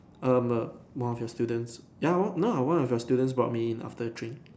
um one of your students ya won't no one of your students brought me in after three